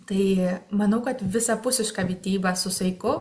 tai manau kad visapusiška mityba su saiku